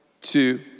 two